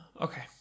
Okay